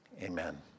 Amen